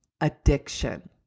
addiction